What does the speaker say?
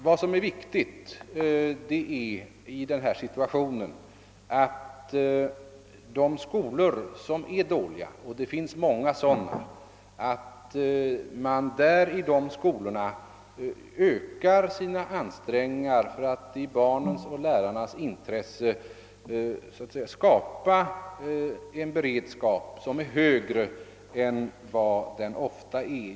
Vad som i rådande läge är viktigt är att man i de skolor som är dåliga — det finns många sådana — ökar sina ansträngningar för att i barnens och lärarnas intresse skapa en beredskap som är högre än vad som nu ofta är fallet.